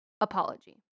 apology